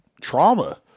trauma